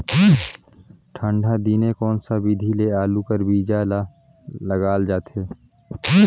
ठंडा दिने कोन सा विधि ले आलू कर बीजा ल लगाल जाथे?